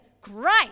Great